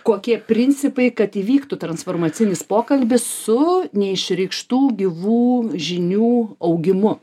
kokie principai kad įvyktų transformacinis pokalbis su neišreikštų gyvų žinių augimu